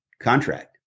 contract